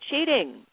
cheating